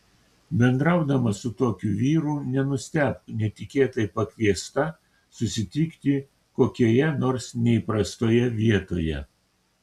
bendraudama su tokiu vyru nenustebk netikėtai pakviesta susitikti kokioje nors neįprastoje vietoje